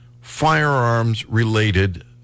firearms-related